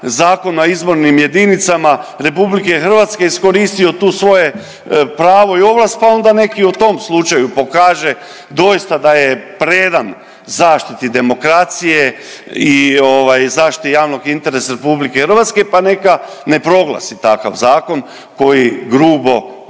Zakona o izbornim jedinicama RH iskoristio tu svoje pravo i ovlast pa onda nek i u tom slučaju pokaže doista da je predan zaštiti demokracije i ovaj zaštiti javnog interesa RH pa neka ne proglasi takav zakon koji grubo,